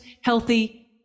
healthy